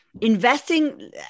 investing